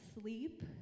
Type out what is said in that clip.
sleep